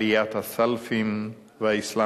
אלא בעיקר הסכסוך הישראלי-פלסטיני,